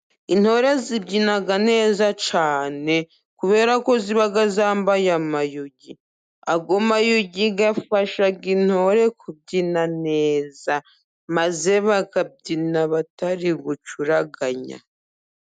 Intore zibyina neza cyane kubera ko ziba zambaye amayugi, ayo mayugi afasha intore kubyina neza, maze bakabyina batari gucuraganya.